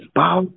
bow